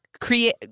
create